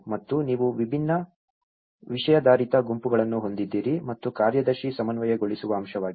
ಮತ್ತು ನೀವು ವಿಭಿನ್ನ ವಿಷಯಾಧಾರಿತ ಗುಂಪುಗಳನ್ನು ಹೊಂದಿದ್ದೀರಿ ಮತ್ತು ಕಾರ್ಯದರ್ಶಿ ಸಮನ್ವಯಗೊಳಿಸುವ ಅಂಶವಾಗಿದೆ